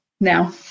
now